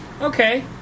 Okay